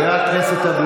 אבל תקשיבו למה שהשרה,